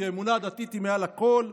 כי האמונה הדתית היא מעל הכול.